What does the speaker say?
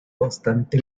bastante